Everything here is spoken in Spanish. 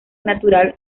natural